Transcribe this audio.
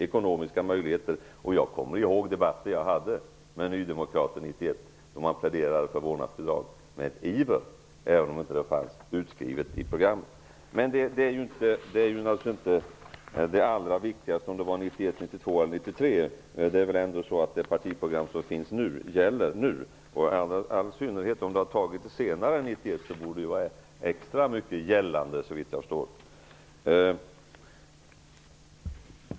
Jag kommer ihåg den debatt som jag 1991 hade med nydemokrater. De pläderade med iver för ett vårdnadsbidrag, även om det inte fanns utskrivet i programmet. Det viktigaste är naturligtvis inte om detta skedde 1991, 1992 eller 1993. Det partiprogram som finns nu måste väl ändå gälla? Om förslaget om vårdnadsbidraget har antagits senare än 1991 borde det gälla extra mycket.